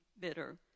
bitter